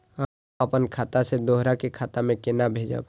हम आपन खाता से दोहरा के खाता में केना भेजब?